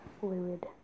Fluid